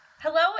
Hello